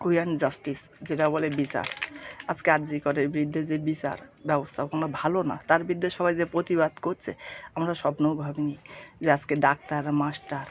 we want justice যেটা বলে বিচার আজকে আরজি করের বিরুদ্ধে যে বিচার ব্যবস্তাপনা ভালো না তার বিরুদ্ধে সবাই যে প্রতিবাদ করছে আমরা স্বপ্নেও ভাবি নি যে আজকে ডাক্তার মাস্টার